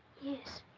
yes.